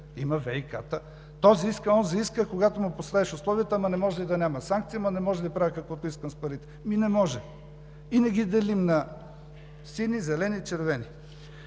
Има ВиК-та. Този иска, онзи иска, а когато му поставиш условията: „Ама не може ли да няма санкции?“, „Ама не може ли да правя каквото искам с парите?“ Ами – не може! И не ги делим на сини, зелени, червени.